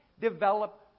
develop